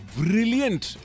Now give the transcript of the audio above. brilliant